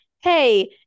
Hey